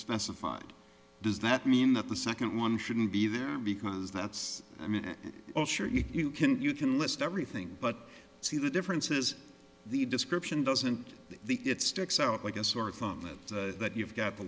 specified does that mean that the second one shouldn't be there because that's i mean at all sure you can you can list everything but see the differences the description doesn't the it sticks out like a sore thumb and that you've got the